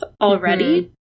already